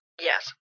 yes